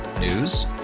News